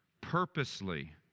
purposely